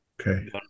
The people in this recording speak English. Okay